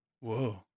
whoa